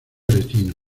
aretino